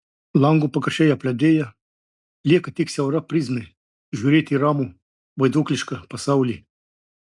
lango pakraščiai apledėja lieka tik siaura prizmė žiūrėti į ramų vaiduoklišką pasaulį